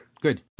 Good